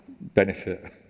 benefit